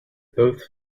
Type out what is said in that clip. both